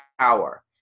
power